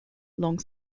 long